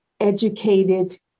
educated